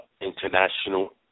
international